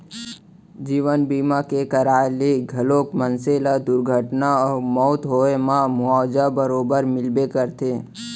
जीवन बीमा के कराय ले घलौक मनसे ल दुरघटना अउ मउत होए म मुवाजा बरोबर मिलबे करथे